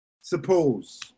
suppose